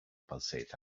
pulsate